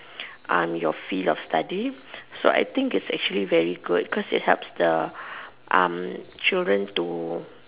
um your field of study so I think is actually very good because it helps the um children to